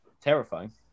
terrifying